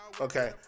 okay